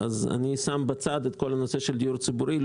אני שם בצד את כל נושא הדיור הציבורי.